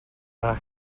даа